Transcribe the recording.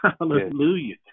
hallelujah